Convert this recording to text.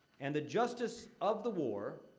and the justice of the war